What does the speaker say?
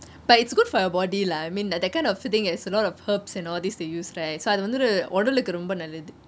but it's good for your body lah I mean that that kind of things has a lot of herbs and all these they use right so அது வந்து உடலுக்கு ரொம்ப நல்லது:athu vanthu udalukku rombe nallathu